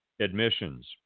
admissions